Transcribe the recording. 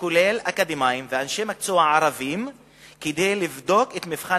שכולל אקדמאים ואנשי מקצוע ערבים כדי לבדוק את המבחן